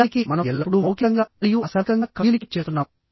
నిజానికిమనం ఎల్లప్పుడూ మౌఖికంగా మరియు అశాబ్దికంగా కమ్యూనికేట్ చేస్తున్నాము